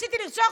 מצליחה